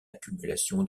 accumulation